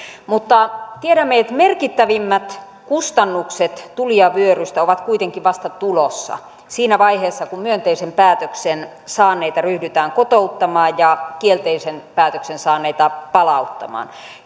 mutta tiedämme että merkittävimmät kustannukset tulijavyörystä ovat kuitenkin vasta tulossa siinä vaiheessa kun myönteisen päätöksen saaneita ryhdytään kotouttamaan ja kielteisen päätöksen saaneita palauttamaan